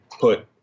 put